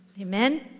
Amen